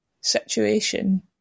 situation